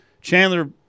Chandler